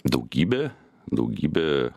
daugybė daugybė